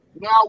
Now